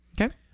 Okay